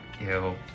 ew